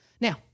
Now